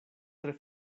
tre